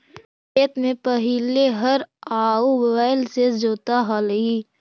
खेत में पहिले हर आउ बैल से जोताऽ हलई